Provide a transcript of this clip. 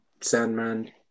Sandman